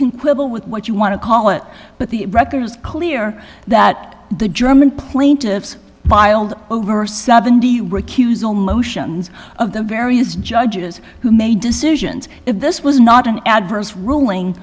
can quibble with what you want to call it but the record is clear that the german plaintiffs biled over seventy recusal motion of the various judges who made decisions if this was not an adverse ruling